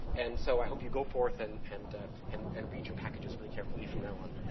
and so i hope you go forth and, and and and read your packages really carefully from now on.